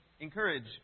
encourage